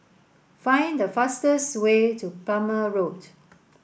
find the fastest way to Plumer Road